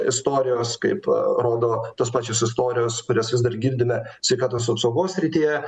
istorijos kaip rodo tos pačios istorijos kurias vis dar girdime sveikatos apsaugos srityje